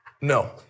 No